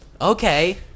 okay